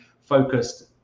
focused